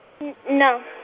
No